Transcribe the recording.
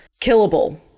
killable